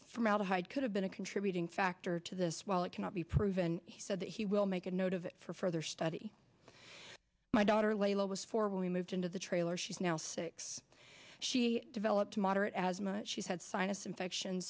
formaldehyde could have been a contributing factor to this while it cannot be proven he said that he will make a note of it for further study my daughter layla was four when we moved into the trailer she's now six she developed moderate as much she had sinus infections